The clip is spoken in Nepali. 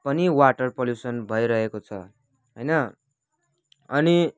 पनि वाटर पल्युसन भइरहेको छ होइन अनि